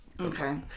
okay